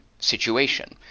Situation